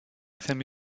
fermé